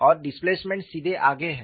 और डिस्प्लेसमेंट सीधे आगे है